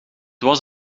was